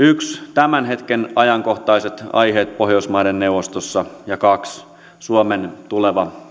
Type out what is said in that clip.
tämän hetken ajankohtaiset aiheet pohjoismaiden neuvostossa ja kaksi suomen tulevan